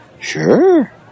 Sure